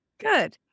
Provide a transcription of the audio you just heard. good